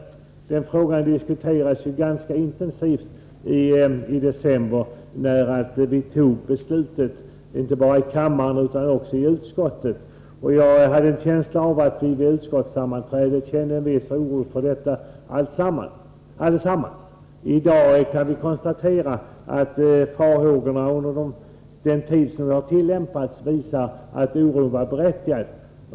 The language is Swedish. I december, när vi fattade beslutet, diskuterades ju den frågan ganska intensivt, inte bara i kammaren utan också i utskottet, och jag hade en känsla av att vi vid utskottssammanträdet i fråga allesammans hyste en viss oro över detta. I dag kan man konstatera att utvecklingen under den tid som skatten tillämpats visar att oron var berättigad.